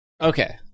Okay